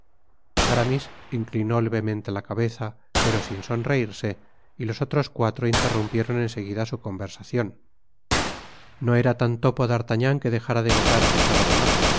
aramis inclinó levemente la cabeza pero sin sonreírse y los otros cuatro interrumpieron en seguida su conversacion no era tan topo d'artagnan que dejára de notar que estaba de mas